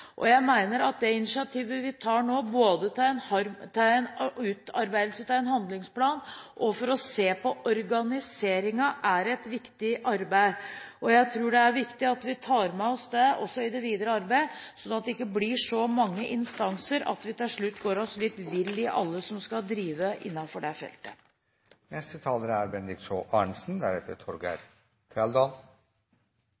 og jeg mener at det initiativet vi tar nå, både til en utarbeidelse av en handlingsplan og for å se på organiseringen, er et viktig arbeid. Jeg tror det er viktig at vi tar med oss det også i det videre arbeidet, slik at det ikke blir så mange instanser at vi til slutt går oss litt vill i alle som skal drive innefor det feltet.